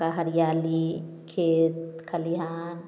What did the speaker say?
का हरियाली खेत खलियान